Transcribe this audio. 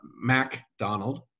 MacDonald